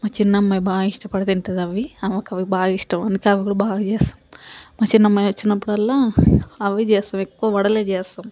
మా చిన్నమ్మాయి బాగా ఇష్టపడి తింటుంది అవి ఆమెకు అవి బాగా ఇష్టం అందుకే అవి కూడా బాగా చేస్తాం మా చిన్నమ్మాయి వచ్చినప్పుడల్లా అవే చేస్తాం ఎక్కువ వడలే చేస్తాం